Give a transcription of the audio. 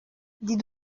dit